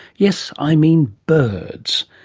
yes, i mean birds.